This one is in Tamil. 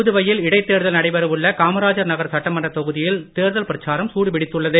புதுவையில் இடைத்தேர்தல் நடைபெற உள்ள காமராஜர் நகர் சட்டமன்றத் தொகுதியில் தேர்தல் பிரச்சாரம் சூடுபிடித்துள்ளது